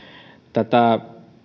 tätä